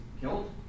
killed